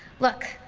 look,